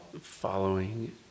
following